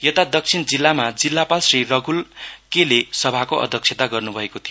यता दक्षिण जिल्लामा जिल्लापाल श्री रघुललेले सभाको अध्यक्षता गर्नुभएको थियो